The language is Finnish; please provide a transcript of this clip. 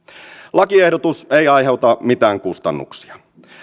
lakiehdotus ei aiheuta mitään kustannuksia